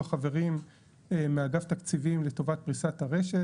החברים מאגף תקציבים לטובת פריסת הרשת.